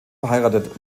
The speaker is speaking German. verheiratet